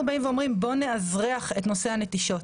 אנחנו באים ואומרים - בוא נאזרח את נושא הנטישות,